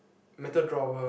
metal drawer